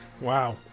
Wow